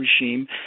regime